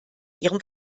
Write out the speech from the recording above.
ihrem